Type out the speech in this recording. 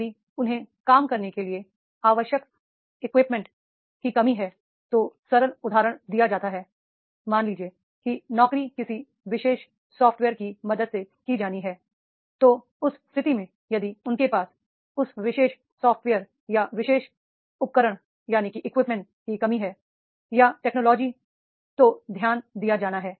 यदि उन्हें काम करने के लिए आवश्यक इक्विपमेंट की कमी है तो सरल उदाहरण दिया जाता है मान लीजिए कि नौकरी किसी विशेष सॉफ्टवेयर की मदद से ही की जानी है तो उस स्थिति में यदि उनके पास उस विशेष सॉफ्टवेयर या विशेष इक्विपमेंट की कमी है या टेक्नोलॉजी तो ध्यान दिया जाना है